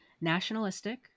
nationalistic